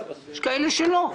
יש כאלה שלא.